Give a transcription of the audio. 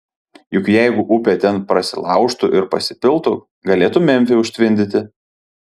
juk jeigu upė ten prasilaužtų ir pasipiltų galėtų memfį užtvindyti